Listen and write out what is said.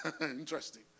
Interesting